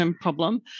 problem